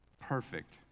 perfect